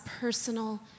personal